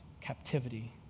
captivity